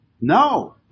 No